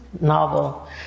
novel